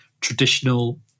traditional